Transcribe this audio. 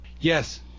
Yes